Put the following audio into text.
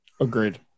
Agreed